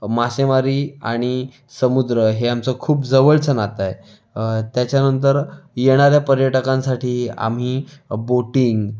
मासेमारी आणि समुद्र हे आमचं खूप जवळचं नातं आहे त्याच्यानंतर येणाऱ्या पर्यटकांसाठी आम्ही बोटिंग